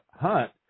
hunt